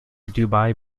dubai